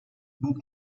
book